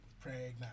pregnant